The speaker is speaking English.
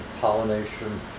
pollination